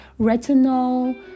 retinol